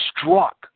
struck